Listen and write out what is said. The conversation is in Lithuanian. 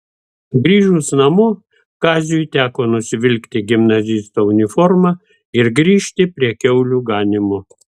grįžus namo kaziui teko nusivilkti gimnazisto uniformą ir grįžti prie kiaulių ganymo